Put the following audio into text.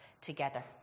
together